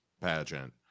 pageant